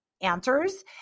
answers